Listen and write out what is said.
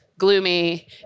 Gloomy